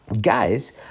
guys